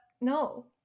no